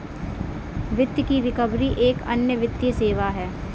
वित्त की रिकवरी एक अन्य वित्तीय सेवा है